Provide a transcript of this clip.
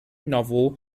novel